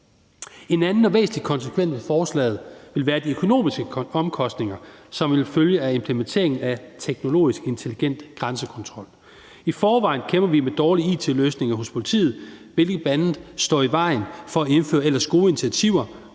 En anden og væsentlig konsekvens af forslaget vil være de økonomiske omkostninger, som vil følge af implementeringen af teknologisk intelligent grænsekontrol. I forvejen kæmper vi med dårlige it-løsninger hos politiet, hvilket bl.a. står i vejen for at indføre ellers gode initiativer